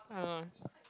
I don't know eh